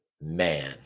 Man